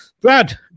Brad